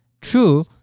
True